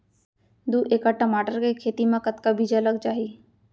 दू एकड़ टमाटर के खेती मा कतका बीजा लग जाही?